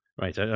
Right